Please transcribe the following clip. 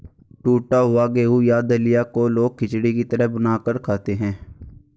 टुटा हुआ गेहूं या दलिया को लोग खिचड़ी की तरह बनाकर खाते है